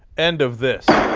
and of this